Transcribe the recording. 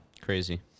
Crazy